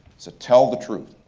so tell the truth,